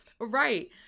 Right